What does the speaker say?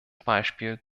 beispiel